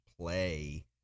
play